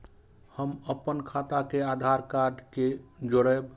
हम अपन खाता के आधार कार्ड के जोरैब?